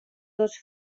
dos